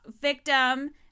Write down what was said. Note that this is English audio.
victim